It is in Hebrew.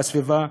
והסביבה,